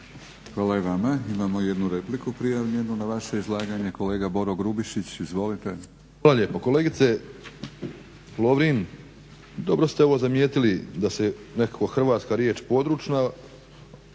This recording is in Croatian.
Hvala i vama. Imamo jednu repliku prijavljenu na vaše izlaganje. Kolega Boro Grubišić, izvolite. **Grubišić, Boro (HDSSB)** Hvala lijepo. Kolegice Lovrin dobro ste ovo zamijetili da se nekako hrvatska riječ područna